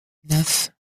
neuf